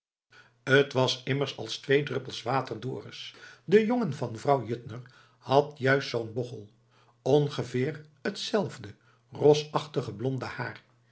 t was immers als twee druppels water dorus de jongen van vrouw juttner had juist zoo'n bochel ongeveer hetzelfde rosachtig blonde haar